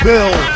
Bill